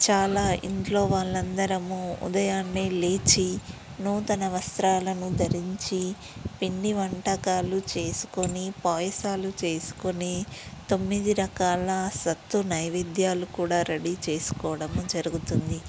చాలా ఇంట్లో వాళ్ళ అందరమూ ఉదయాన్నే లేచి నూతన వస్త్రాలను ధరించి పిండి వంటకాలు చేసుకొని పాయసాలు చేసుకొని తొమ్మిది రకాల సద్దు నైవేద్యాలు కూడా రెడీ చేసుకోవడము జరుగుతుంది